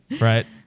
Right